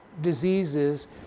diseases